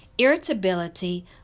irritability